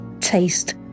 taste